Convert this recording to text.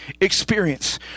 experience